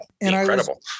Incredible